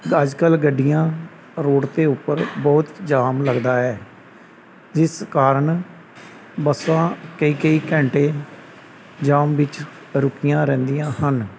ਅੱਜ ਕੱਲ੍ਹ ਗੱਡੀਆਂ ਰੋਡ ਦੇ ਉੱਪਰ ਬਹੁਤ ਜਾਮ ਲੱਗਦਾ ਹੈ ਜਿਸ ਕਾਰਨ ਬੱਸਾਂ ਕਈ ਕਈ ਘੰਟੇ ਜਾਮ ਵਿੱਚ ਰੁਕੀਆਂ ਰਹਿੰਦੀਆਂ ਹਨ